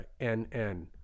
NN